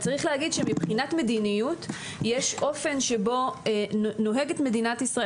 צריך להגיד שמבחינת מדיניות יש אופן שבו החליטה